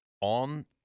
on